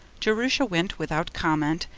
jerusha went without comment,